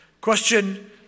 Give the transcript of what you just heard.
Question